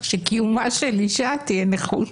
שקיים היום